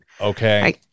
Okay